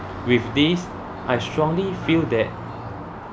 with this I strongly feel that